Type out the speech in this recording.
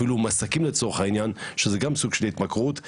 אפילו מסכים לצורך העניין גם גורם לסוג של התמכרות.